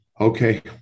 Okay